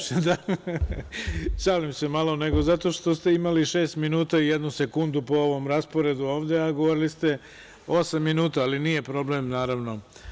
Šalim se malo, nego zato što ste imali šest minuta i jednu sekundu po ovom rasporedu ovde, a govorili ste osam minuta, ali nije problem naravno.